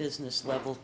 business level